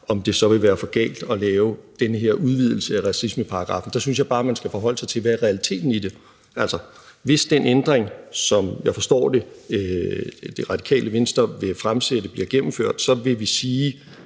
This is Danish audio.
om det så vil være for galt at lave den her udvidelse af racismeparagraffen. Der synes jeg bare, man skal forholde sig til, hvad realiteten i det er. Hvis den ændring, som jeg forstår det Radikale Venstre vil fremsætte, bliver gennemført, så vil vi sige,